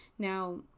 Now